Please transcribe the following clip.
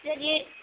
سر یہ